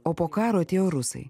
o po karo atėjo rusai